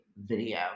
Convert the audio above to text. video